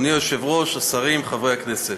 אדוני היושב-ראש, השרים, חברי הכנסת,